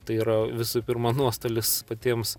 tai yra visų pirma nuostolis patiems